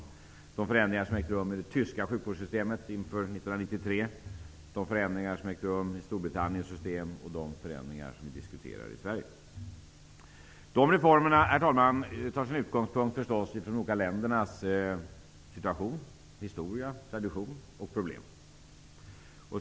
Ytterligare exempel är de förändringar som har ägt rum i det tyska sjukvårdssystemet inför 1993, de förändringar som har ägt rum i Storbritanniens system och de förändringar som vi diskuterar i Sverige. Herr talman! Dessa reformer tar naturligtvis sin utgångspunkt i de olika ländernas situation, historia, tradition och problem.